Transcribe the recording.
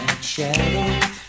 shadows